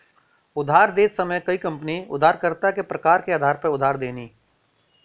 उधार देत समय कई कंपनी उधारकर्ता के प्रकार के आधार पर उधार देनी